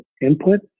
input